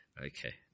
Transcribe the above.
Okay